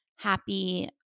happy